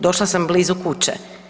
Došla sam blizu kuće.